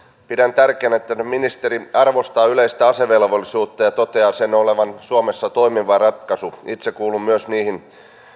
pidän tärkeänä että ministeri arvostaa yleistä asevelvollisuutta ja toteaa sen olevan suomessa toimiva ratkaisu itse kuulun myös niihin